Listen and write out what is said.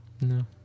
No